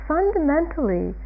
Fundamentally